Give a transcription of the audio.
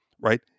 right